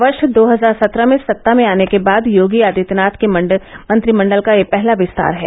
वर्ष दो हजार सत्रह में सत्ता में आने के बाद योगी आदित्यनाथ के मंत्रिमंडल का यह पहला विस्तार है